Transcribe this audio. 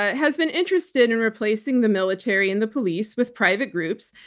has been interested in replacing the military and the police with private groups.